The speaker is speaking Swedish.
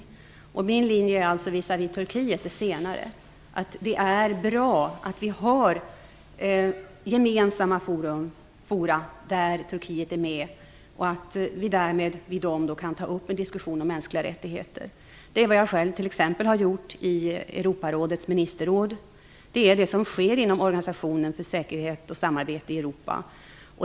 Min linje visavi Turkiet är den senare. Det är bra att vi har gemensamma forum där Turkiet är med och att vi därmed i dessa kan ta upp en diskussion om mänskliga rättigheter. Det är vad t.ex. jag själv har gjort i Europarådets ministerråd. Det är det som sker inom Organisationen för säkerhet och samarbete i Europa.